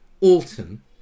Alton